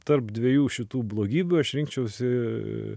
tarp dviejų šitų blogybių aš rinkčiausi